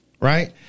Right